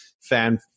fan